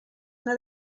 una